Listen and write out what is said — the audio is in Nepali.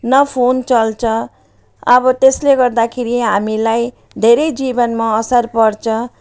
न फोन चल्छ अब त्यसले गर्दाखेरि हामीलाई धेरै जीवनमा असर पर्छ